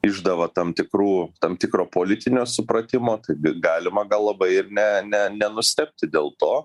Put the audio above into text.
išdava tam tikrų tam tikro politinio supratimo taigi galima gal labai ir ne ne nenustebti dėl to